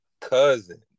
cousin